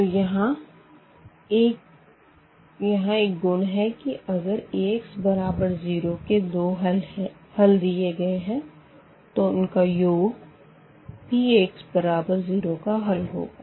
तो यहाँ एक गुण है कि अगर Ax बराबर 0 के दो हल दिए गए है तो उनका योग भी Ax बराबर 0 का एक हल होगा